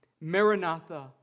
Maranatha